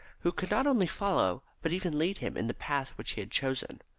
who could not only follow, but even lead him in the path which he had chosen.